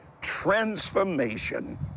transformation